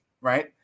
right